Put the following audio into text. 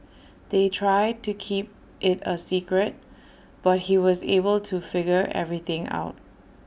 they tried to keep IT A secret but he was able to figure everything out